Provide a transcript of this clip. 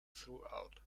throughout